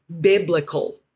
biblical